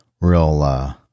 real